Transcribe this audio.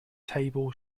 table